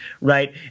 Right